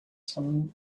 some